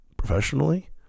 professionally